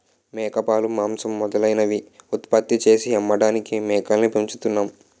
మేకపాలు, మాంసం మొదలైనవి ఉత్పత్తి చేసి అమ్మడానికి మేకల్ని పెంచుతున్నాం